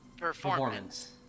performance